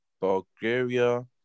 Bulgaria